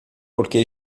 porque